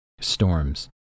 Storms